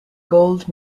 gold